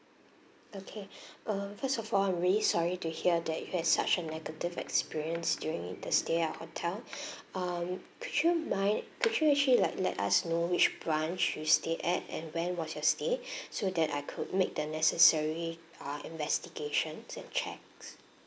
okay um first of all I'm really sorry to hear that you had such a negative experience during in the stay at our hotel um could you mind could you actually like let us know which branch you stayed at and when was your stay so that I could make the necessary ah investigations and checks